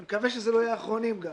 אני מקווה שאלה לא יהיו האחרונים גם.